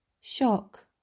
Shock